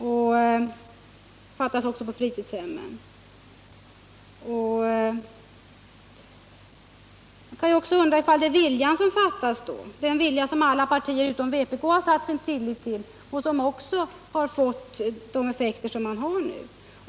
Det fattas en del för att uppfylla planen också när det gäller fritidshemmen. Man kan då undra om det är viljan som saknas — den vilja som alla partier utom vpk har satt sin tillit till. Det har fått de här effekterna.